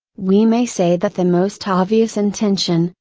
we may say that the most ah obvious intention,